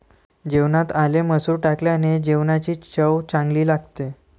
जेवणात आले मसूर टाकल्याने जेवणाची चव चांगली लागते